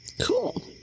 Cool